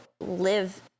live